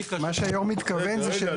מה שהיו"ר מתכוון זה --- רגע,